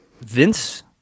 Vince